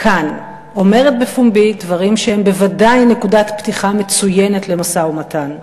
כאן אומרת בפומבי דברים שהם בוודאי נקודת פתיחה מצוינת למשא-ומתן.